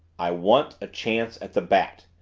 i want a chance at the bat!